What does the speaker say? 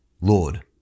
Lord